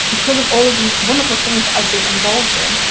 because of all of these wonderful things that i've been involved in,